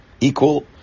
equal